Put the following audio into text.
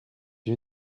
you